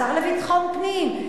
השר לביטחון הפנים,